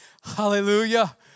Hallelujah